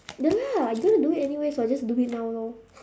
ya lah you gonna do it anyways [what] so just do it now lor